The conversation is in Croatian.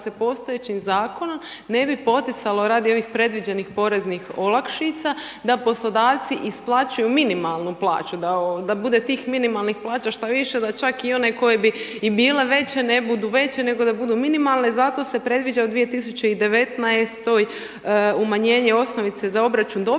postojećim zakonom ne bi poticalo radi ovih predviđenih poreznih olakšica, da poslodavci isplaćuju minimalnu plaću, da bude tih minimalnih plaća što više, da čak i onome kome bi i bila veća, ne budu veće nego da budu minimalne, zato se predviđa u 2019. umanjenje osnovice za obračun doprinosa